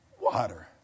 Water